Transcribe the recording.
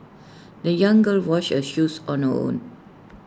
the young girl washed her shoes on her own